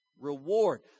Reward